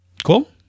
Cool